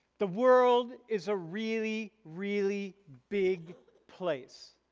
the world is a really, really big place